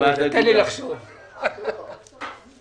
נתנו הארכה איפה שנראה לנו שהיה צריך.